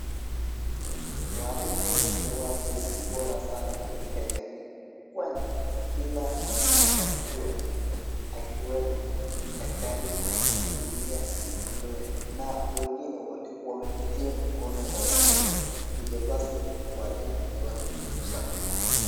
Walimu ni watu bora sana katika jamii kwani kila mwenye anafanikiwa akiwemo daktari, engineer , laywer na wengine wote wamepitia mkono wa walimu, hivyo basi, walimu ni watu muhimu sana.